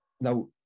Now